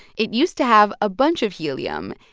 it used to have a bunch of helium.